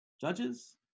judges